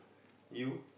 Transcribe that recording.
you